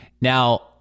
Now